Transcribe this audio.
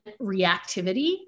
reactivity